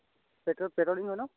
petrol patrolling হয় ন'